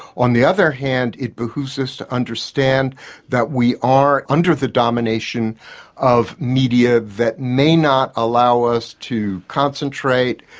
on the other hand it behoves us to understand that we are under the domination of media that may not allow us to concentrate,